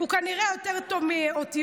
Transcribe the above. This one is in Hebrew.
הוא כנראה יותר טוב באותיות,